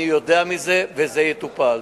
אני יודע מזה, וזה יטופל.